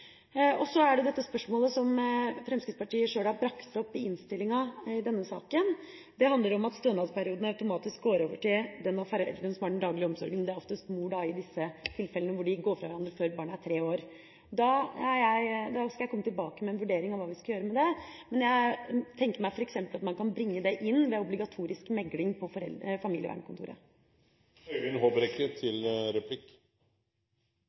Så er det dette spørsmålet som Fremskrittspartiet sjøl har brakt opp i innstillinga i denne saken: Det handler om at stønadsperioden automatisk går over til den av foreldrene som har den daglige omsorgen, og det er oftest mor i disse tilfellene hvor de går fra hverandre før barnet er tre år. Jeg skal komme tilbake med en vurdering av hva vi skal gjøre med det, men jeg tenker meg at man f.eks. kan bringe det inn ved obligatorisk mekling på